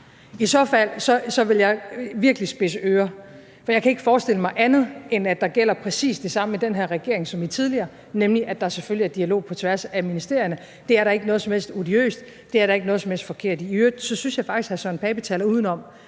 I så fald vil jeg virkelig spidse ører, for jeg kan ikke forestille mig andet, end at der gælder præcis det samme i den her regering som i tidligere, nemlig at der selvfølgelig er dialog på tværs af ministerierne. Det er der ikke noget som helst odiøst i, det er der ikke noget som helst forkert i. I øvrigt synes jeg faktisk, at hr. Søren Pape Poulsen taler udenom,